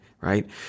right